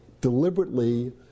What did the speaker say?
deliberately